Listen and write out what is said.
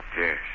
Yes